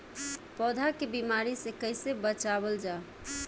पौधा के बीमारी से कइसे बचावल जा?